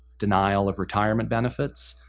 denial of retirement benefits,